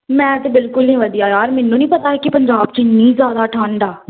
ਮੈਂ ਤਾਂ ਬਿਲਕੁਲ ਨਹੀਂ ਵਧੀਆ ਯਾਰ ਮੈਨੂੰ ਨਹੀਂ ਪਤਾ ਕਿ ਪੰਜਾਬ 'ਚ ਇੰਨੀ ਜ਼ਿਆਦਾ ਠੰਡ ਆ